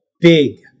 big